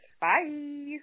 Bye